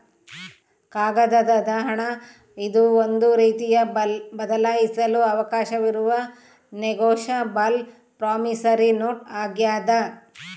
ಕಾಗದದ ಹಣ ಇದು ಒಂದು ರೀತಿಯ ಬದಲಾಯಿಸಲು ಅವಕಾಶವಿರುವ ನೆಗೋಶಬಲ್ ಪ್ರಾಮಿಸರಿ ನೋಟ್ ಆಗ್ಯಾದ